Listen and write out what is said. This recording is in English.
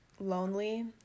lonely